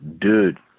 Dude